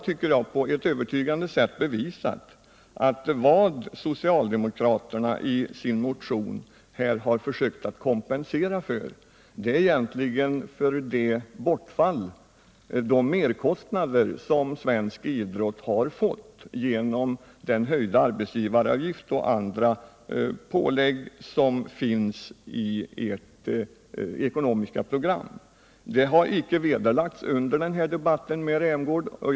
Men han har på ett övertygande sätt bevisat att vad socialdemokraterna i sin motion har försökt kompensera är de merkostnader som svensk idrott har fått genom den höjda arbetsgivaravgiften och andra pålagor som förekommer i deras ekonomiska program. Detta har inte vederlagts under debatten med Rolf Rämgård.